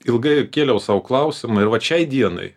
ilgai kėliau sau klausimą ir vat šiai dienai